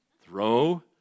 Throw